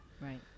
Right